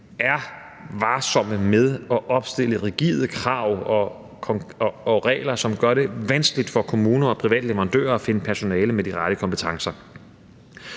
er varsomme med at opstille rigide krav og regler, som gør det vanskeligt for kommuner og private leverandører at finde personale med de rette kompetencer.